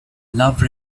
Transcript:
love